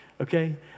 okay